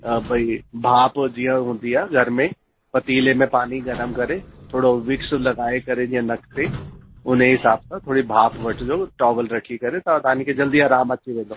हा भई भाप जीअं हूंदी आहे घर में पतीले में पाणी गरमु करे थोरो विक्स लॻाए करे जीअं नक ते उन ई हिसाब सां थोरी भाप वठिजो टॉविल रखी करे त तव्हांखे जल्दी आरामु अची वेंदो